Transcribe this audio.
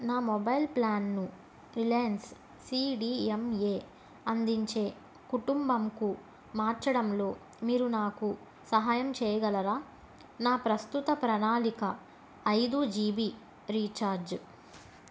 నా మొబైల్ ప్లాన్ను Reliance C D M A అందించే కుటుంబంకు మార్చడంలో మీరు నాకు సహాయం చేయగలరా నా ప్రస్తుత ప్రణాళిక ఐదు జీ బీ రీఛార్జ్